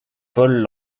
paul